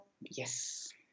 yes